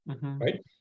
right